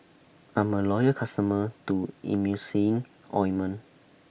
I'm A Loyal customer to Emulsying Ointment